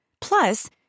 Plus